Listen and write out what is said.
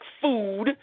food